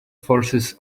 forces